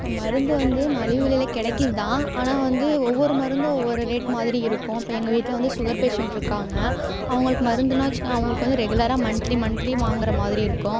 இப்போ மருந்து வந்து மலிவு விலையில் கிடைக்குது தான் ஆனால் வந்து ஒவ்வொரு மருந்தும் ஒவ்வொரு ரேட் மாதிரி இருக்கும் அப்போ எங்கள் வீட்டில் வந்து சுகர் பேஷண்ட் இருக்காங்க அவங்களுக்கு மருந்துன்னு வெச்சிக அவங்களுக்கு வந்து ரெகுலராக மந்த்லி மந்த்லி வாங்குகிற மாதிரி இருக்கும்